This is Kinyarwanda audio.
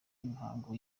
imihango